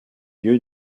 lieu